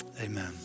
amen